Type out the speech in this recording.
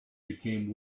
became